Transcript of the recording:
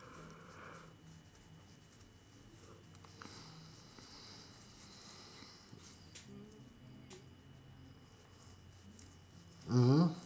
mmhmm